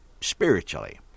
spiritually